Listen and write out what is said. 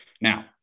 Now